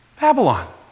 Babylon